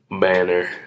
banner